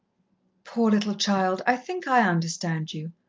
poor little child, i think i understand you.